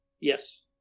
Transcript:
Yes